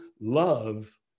love